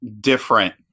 different